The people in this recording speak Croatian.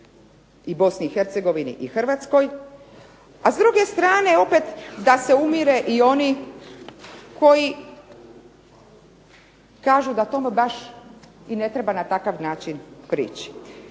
i Bosni i Hercegovini i Hrvatskoj, a s druge strane opet da se umire i oni koji kažu da tome baš i ne treba na takav način prići.